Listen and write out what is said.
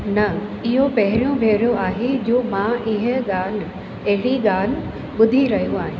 न इहो पहिरियों भेरो आहे जो मां हीअ ॻाल्हि अहिड़ी ॻाल्हि ॿुधी रहियो आहियां